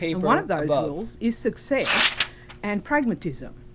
and one of those rules is success and pragmatism.